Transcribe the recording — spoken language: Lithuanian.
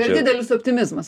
per didelis optimizmas